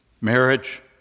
marriage